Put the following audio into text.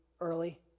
early